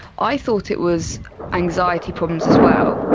i thought it was anxiety problems as well.